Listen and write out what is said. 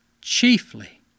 Chiefly